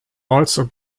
also